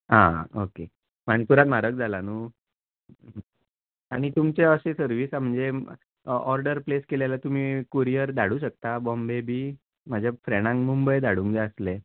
आं ओके मानकुराद म्हारग जालां नु आनी तुमचे अशी सर्विस म्हणजे ओर्डर प्लेस केली जाल्यार तुमी कुरीयर धाडू शकता बॉम्बे बि म्हज्या फ्रेडांक मुंबय धाडूंक जाय आसलें